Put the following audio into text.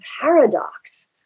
paradox